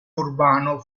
urbano